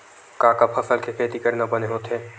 का का फसल के खेती करना बने होथे?